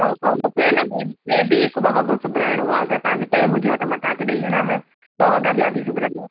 ऐं ऐं मूंखे आहे न ॿिए बि हिकु ॿ वॻो सिबाइणो आहे अगरि तव्हांखे टाईम हुजेव त मां तव्हांखे ॾेई वञा ॿ वॻा ॿिया बि सिबाइणा आहिनि